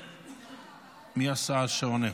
מי השר שעונה?